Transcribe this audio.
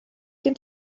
den